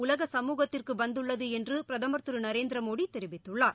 உலக சமூகத்திற்கு வந்துள்ளது என்று பிரதமர் திரு நரேந்திர மோடி தெரிவித்துள்ளார்